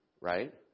Right